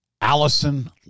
Allison